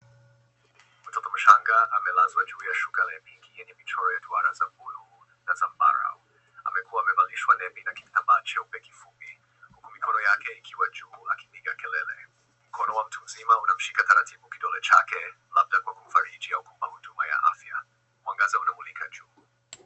Mtoto mchanga amelazwa juu ya shuka ya pinki yenye michoro ya duara za bluu na zambarau. Amekuwa amevalishwa nepi na kitambaa cheupe kifupi huku mikono yake ikiwa juu akipiga kelele. Mkono wa mtu mzima unamshika taratibu kidole chake labda kwa kumfariji au kumpa huduma ya afya. Mwangaza unamulika juu.